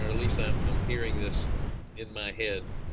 or at least i'm um hearing this in my head